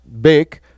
big